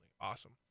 awesome